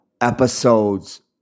episodes